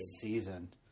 season